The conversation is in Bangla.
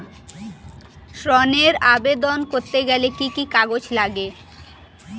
ঋণের আবেদন করতে গেলে কি কি কাগজ লাগে?